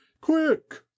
quick